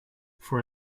for